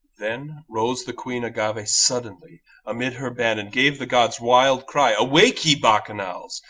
then rose the queen agave suddenly amid her band, and gave the god's wild cry, awake, ye bacchanals!